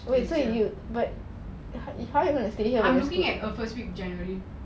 wait so you you but how you gonna stay here I'm seeing at a first week january